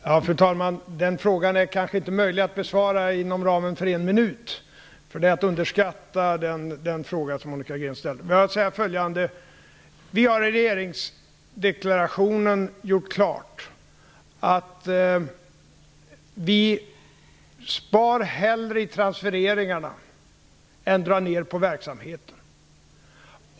Fru talman! Den frågan är kanske inte möjlig att besvara inom ramen för en minut. Det är att underskatta den fråga som Monica Green ställde. Men jag vill säga följande: Vi har i regeringsdeklarationen gjort klart att vi hellre sparar i transfereringarna än drar ner på verksamheterna.